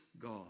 God